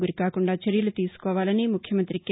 గురికాకుండా చర్యలు తీసుకోవాలని ముఖ్యమంతి కె